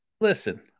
Listen